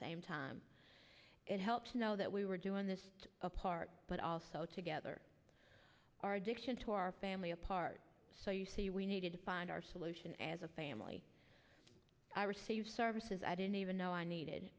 same time it helps to know that we were doing this a part but also together our addiction to our family apart so you see we needed to find our solution as a family receive services i didn't even know i needed